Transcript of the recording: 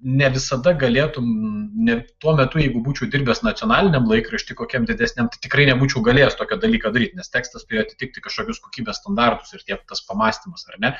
ne visada galėtum net tuo metu jeigu būčiau dirbęs nacionaliniam laikrašty kokiam didesniam tai tikrai nebūčiau galėjęs tokį dalyką daryt nes tekstas turėjo atitikti kažkokius kokybės standartus ir tie tuos pamąstymus ar ne